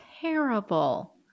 terrible